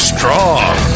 Strong